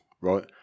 right